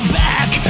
back